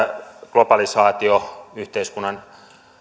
globalisaatio yhteiskunnan